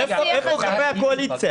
איפה חברי הקואליציה?